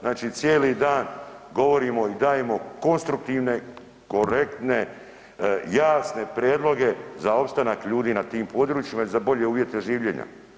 Znači cijeli dan govorimo i dajemo konstruktivne, korektne, jasne prijedloge za opstanak ljudi na tim područjima i za bolje uvjete življenja.